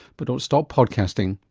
but don't stop podcasting.